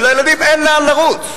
ולילדים אין לאן לרוץ.